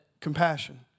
Compassion